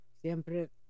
siempre